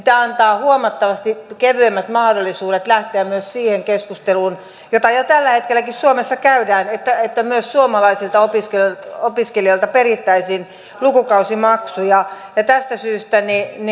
tämä antaa huomattavasti kevyemmät mahdollisuudet lähteä myös siihen keskusteluun jota jo tällä hetkelläkin suomessa käydään että myös suomalaisilta opiskelijoilta opiskelijoilta perittäisiin lukukausimaksuja tästä syystä